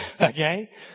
Okay